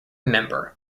member